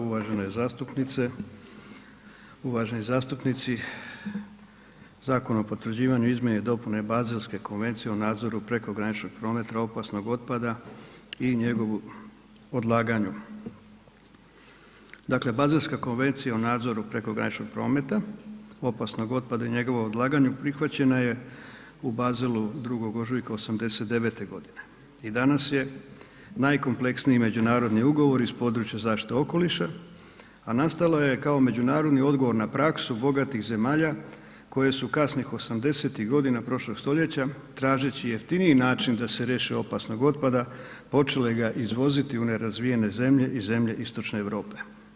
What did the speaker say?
Uvažene zastupnice, uvaženi zastupnici, Zakon o potvrđivanju izmjene i dopune Baselske Konvencije o nadzoru prekograničnog prometa opasnog otpada i njegovu odlaganju, dakle, Baselska Konvencija o nadzoru prekograničnog prometa opasnog otpada i njegovu odlaganju prihvaćena je u Baselu 2. ožujka '89.g. i danas je najkompleksniji međunarodni ugovor iz područja zaštite okoliša, a nastala je kao međunarodni odgovor na praksu bogatih zemalja koje su kasnih '80.-tih godina prošlog stoljeća tražeći jeftiniji način da se riješe opasnog otpada počele ga izvoziti u nerazvijene zemlje i zemlje istočne Europe.